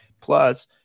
Plus